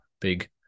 big